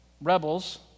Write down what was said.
Rebels